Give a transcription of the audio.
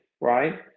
right